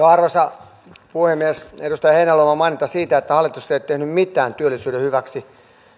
arvoisa puhemies edustaja heinäluoman maininta siitä että hallitus ei ole tehnyt mitään työllisyyden hyväksi